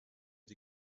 sie